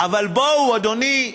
אבל בואו, אדוני,